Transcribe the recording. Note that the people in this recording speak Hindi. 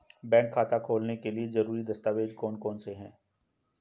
बैंक खाता खोलने के लिए ज़रूरी दस्तावेज़ कौन कौनसे हैं?